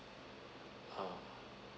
ah